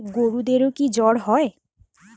গরুদেরও কি জ্বর হয়?